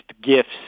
gifts